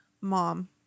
Mom